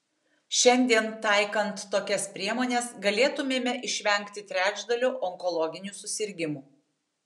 šiandien taikant tokias priemones galėtumėme išvengti trečdalio onkologinių susirgimų